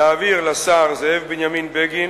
להעביר לשר זאב בנימין בגין